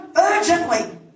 Urgently